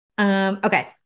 Okay